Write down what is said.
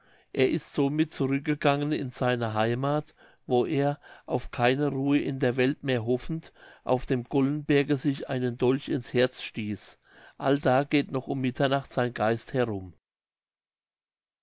er ist somit zurück gegangen in seine heimath wo er auf keine ruhe in der welt mehr hoffend auf dem gollenberge sich einen dolch ins herz stieß allda geht noch um mitternacht sein geist herum